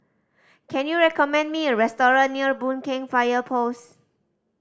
can you recommend me a restaurant near Boon Keng Fire Post